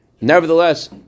Nevertheless